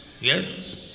Yes